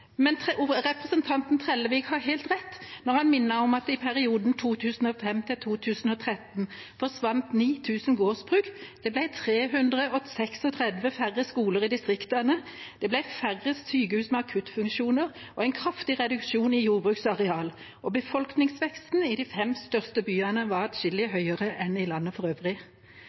Representanten Trellevik har helt rett når han minner om at det i perioden 2005–2013 forsvant 9 000 gårdsbruk, det ble 336 færre skoler i distriktene, det ble færre sykehus med akuttfunksjoner og en kraftig reduksjon i jordbruksareal. Befolkningsveksten i de fem største byene var atskillig høyere enn i landet for øvrig.